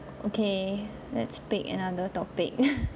okay let's pick another topic